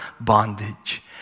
bondage